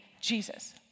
Jesus